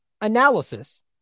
analysis